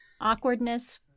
Awkwardness